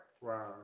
Wow